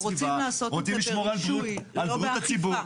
אנחנו רוצים לעשות את זה ברישוי, לא באכיפה.